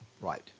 Right